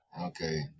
Okay